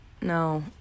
No